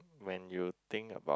when you think about